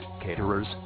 caterers